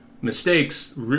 mistakes